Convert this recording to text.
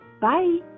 Bye